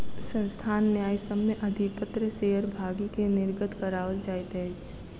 संस्थान न्यायसम्य अधिपत्र शेयर भागी के निर्गत कराओल जाइत अछि